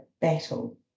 battle